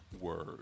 word